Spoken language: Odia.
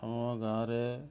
ଆମ ଗାଁ' ରେ